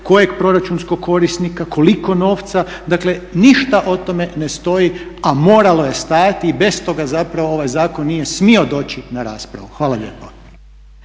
kojeg proračunskog korisnika, koliko novca, dakle ništa o tome ne stoji, a moralo je stajati i bez toga ovaj zakon nije smio doći na raspravu. Hvala lijepo.